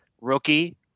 rookie